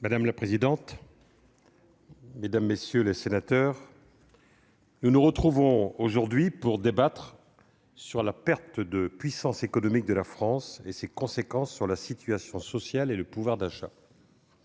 Madame la présidente, mesdames, messieurs les sénateurs, nous nous retrouvons aujourd'hui pour débattre de la perte de puissance économique de la France et ses conséquences sur la situation sociale et le pouvoir d'achat.